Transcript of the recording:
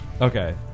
Okay